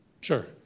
Sure